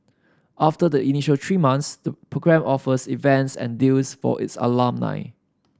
after the initial three months the program offers events and deals for its alumni